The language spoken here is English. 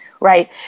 right